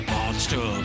Monster